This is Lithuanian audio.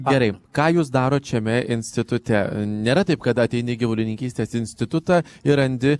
gerai ką jūs darot šiame institute nėra taip kad ateini gyvulininkystės institutą ir randi